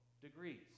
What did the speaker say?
degrees